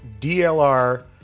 DLR